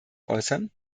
äußern